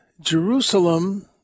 Jerusalem